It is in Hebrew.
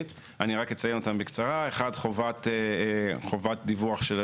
שינוי מטרות הקרן והרחבתן למטרות נוספות.